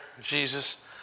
Jesus